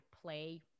play